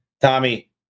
Tommy